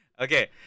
Okay